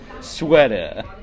Sweater